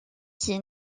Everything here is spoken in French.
qui